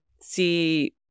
see